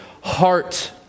heart